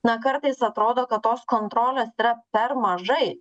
na kartais atrodo kad tos kontrolės yra per mažai